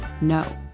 no